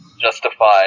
justify